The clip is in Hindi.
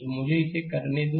तो मुझे इसे करने दो